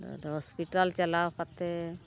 hospital ᱪᱟᱞᱟᱣ ᱠᱟᱛᱮ